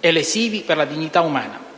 e lesivi per la dignità umana.